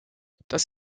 das